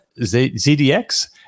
ZDX